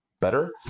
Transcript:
better